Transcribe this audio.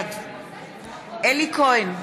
בעד אלי כהן,